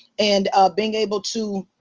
and being able to,